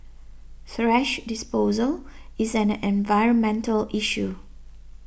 thrash disposal is an environmental issue